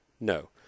No